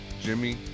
jimmy